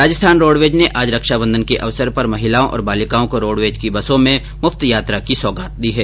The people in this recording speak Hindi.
राजस्थान रोडवेज ने आज रक्षाबंधन के अवसर पर महिलाओं और बालिकाओं को रोडवेज की बसों में मुफ्त यात्रा की सौगात दी है